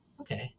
okay